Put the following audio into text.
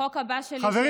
החוק הבא שלי שיעלה.